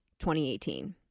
2018